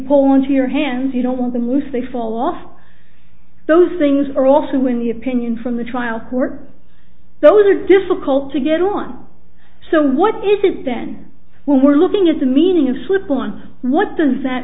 pull into your hands you don't want to lose they fall off those things are also in the opinion from the trial court those are difficult to get on so what is it then when we're looking at the meaning of slip on what does that